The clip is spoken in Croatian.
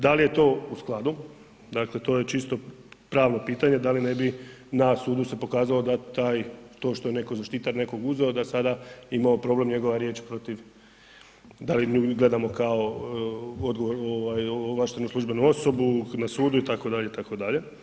Da li je to u skladu, dakle, to je čisto pravno pitanje, da li ne bi na sudu se pokazalo da taj, to što je netko zaštitar nekoga uzeo, da sada je imao problem njegova riječ protiv, da li nju gledamo kao ovlaštenu službenu osobu na sudu itd. itd.